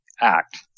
act